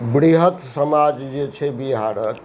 वृहत समाज जे छै बिहारक